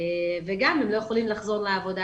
וגם יש כאלה שלא יכולות לחזור לעבודה